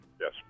Yes